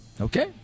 Okay